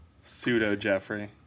Pseudo-Jeffrey